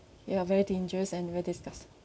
ya very dangerous and very disgust